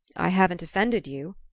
i haven't offended you?